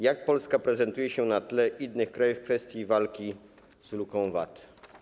Jak Polska prezentuje się na tle innych krajów w kwestii walki z luką VAT?